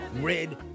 red